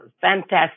Fantastic